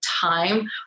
time